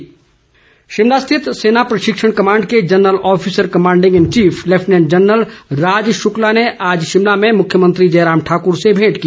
canteen Shimla स्थित सेना प्रशिक्षण कमांड के general officer commanding in chief lieutenant general Raj Shukla ने आज शिमला में मुख्यमंत्री जयराम ठाकुर से भेंट की